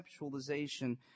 conceptualization